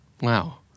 Wow